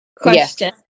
question